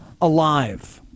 alive